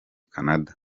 canada